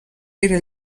era